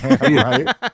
Right